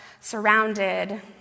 surrounded